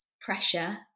pressure